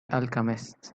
alchemist